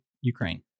Ukraine